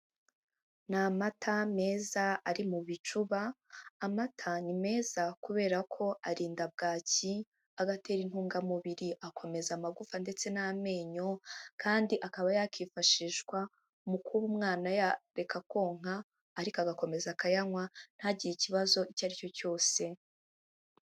Ni amata meza ari mu bicuba. Amata ni meza kubera ko arinda bwaki, agatera intungamubiri, akomeza amagufa, ndetse n'amenyo, kandi akaba yakifashishwa mu kuba umwana yareka konka, ariko agakomeza akayanywa ntagire ikibazo icyo ari cyo cyose.